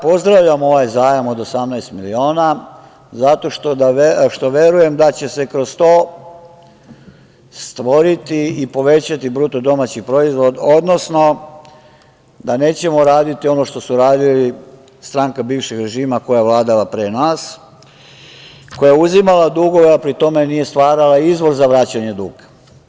Pozdravljam ovaj zajam od 18 miliona, zato što verujem da će se kroz to stvoriti i povećati BDP, odnosno da nećemo raditi ono što je radila stranka bivšeg režima koja je vladala pre nas, koja je uzimala dugove, a pri tome nije stvarala izvoz za vraćanje duga.